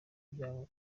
byabo